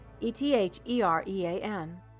E-T-H-E-R-E-A-N